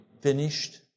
finished